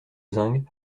zinc